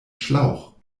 schlauch